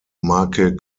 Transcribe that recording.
make